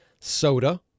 Soda